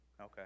Okay